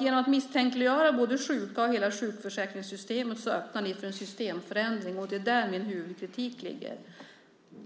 Genom att misstänktliggöra de sjuka, och hela sjukförsäkringssystemet, öppnar ni för en systemförändring. Det är där min huvudkritik ligger.